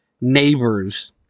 neighbors